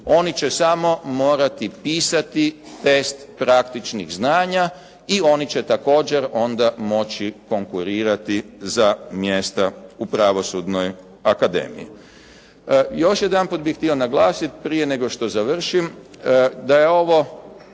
oni će samo morati pisati test praktičnih znanja i oni će također onda moći konkurirati za mjesta u Pravosudnoj akademiji. Još jedanput bih htio naglasiti prije nego što završim da je ovo